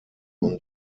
und